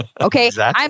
Okay